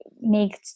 make